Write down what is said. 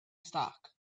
stock